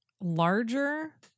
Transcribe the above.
larger